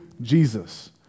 Jesus